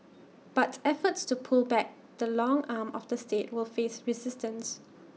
but efforts to pull back the long arm of the state will face resistance